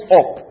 up